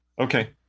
Okay